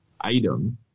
item